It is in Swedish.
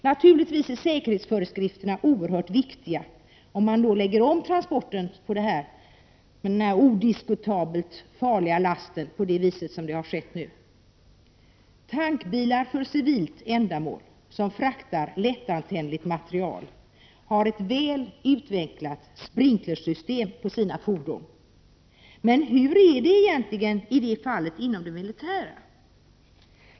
Naturligtvis är säkerhetsföreskrifterna oerhört viktiga, ifall man lägger om transporten av den här odiskutabelt farliga lasten så som man nu har gjort. På tankbilar för civilt ändamål som fraktar lättantändligt material finns ett väl utvecklat sprinklersystem. Men hur är det egentligen i det fallet inom det militära?